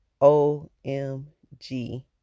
OMG